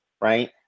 right